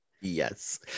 Yes